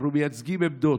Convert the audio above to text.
אנחנו מייצגים עמדות.